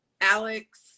alex